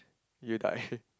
you die